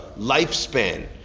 lifespan